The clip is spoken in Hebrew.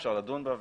אפשר לדון בה,